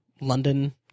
London